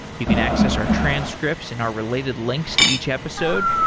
you can access our transcripts and our related links to each episode.